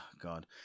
God